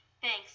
Thanks